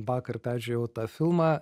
vakar peržiūrėjau tą filmą